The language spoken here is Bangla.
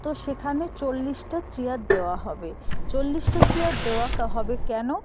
তো সেখানে চল্লিশটা চেয়ার দেওয়া হবে চল্লিশটা চেয়ার দেওয়া হবে কেন